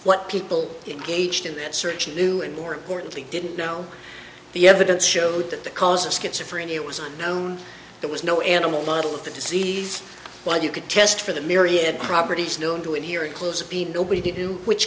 what people engaged in the search knew and more importantly didn't know the evidence showed that the cause of schizophrenia was unknown there was no animal model of the disease well you could test for the myriad properties known to in here and close be nobody to do which